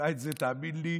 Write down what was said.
עושה את זה, תאמין לי,